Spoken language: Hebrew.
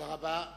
תודה רבה.